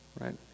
right